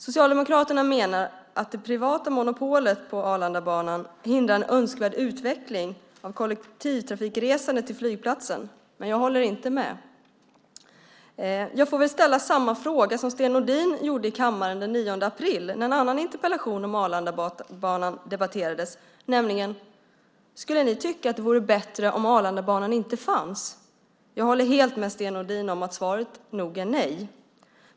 Socialdemokraterna menar att det privata monopolet på Arlandabanan hindrar en önskvärd utveckling av kollektivtrafikresandet till flygplatsen, men jag håller inte med. Jag får väl ställa samma fråga som Sten Nordin gjorde i kammaren den 9 april när en annan interpellation om Arlandabanan debatterades, nämligen: Skulle ni tycka att det vore bättre om Arlandabanan inte fanns? Jag håller helt med Sten Nordin om att svaret nog är nej.